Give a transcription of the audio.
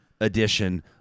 edition